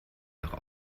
nach